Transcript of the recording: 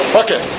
okay